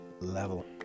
level